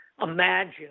imagine